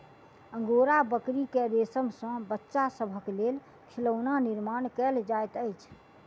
angora बकरी के रेशम सॅ बच्चा सभक लेल खिलौना निर्माण कयल जाइत अछि